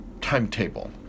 timetable